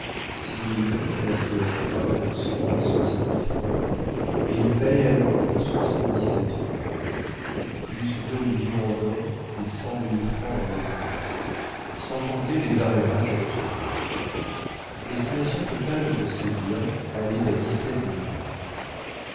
millions placés en trois pour cent à soixante francs et il valait alors soixante-dix-sept francs plus deux millions en or et cent mille francs en écus sans compter les arrérages à recevoir l'estimation totale de ses biens allait à dix-sept millions